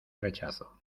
rechazo